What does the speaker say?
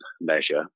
measure